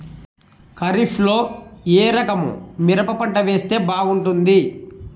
ఖరీఫ్ లో ఏ రకము మిరప పంట వేస్తే బాగుంటుంది